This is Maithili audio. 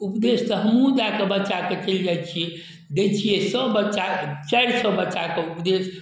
उपदेश तऽ हमहूँ दऽ कऽ बच्चाके चलि जाइ छिए दै छिए सभबच्चाके चारि सओ बच्चाके उपदेश